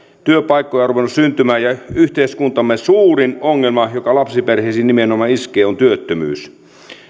työpaikkoja on ruvennut syntymään yhteiskuntamme suurin ongelma joka lapsiperheisiin nimenomaan iskee on työttömyys